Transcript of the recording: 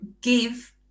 give